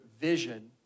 vision